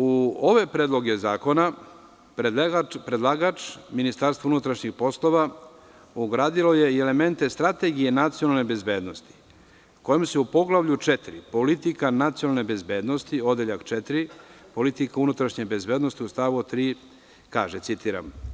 U ove predloge zakona predlagač MUP je ugradilo i elemente strategije nacionalne bezbednosti kojim se u poglavlju 4 – politika nacionalne bezbednosti, odeljak 4 – politika unutrašnje bezbednosti u stavu tri kaže